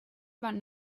about